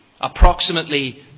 Approximately